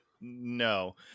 no